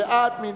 מי בעד, מי